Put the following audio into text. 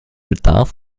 bedarf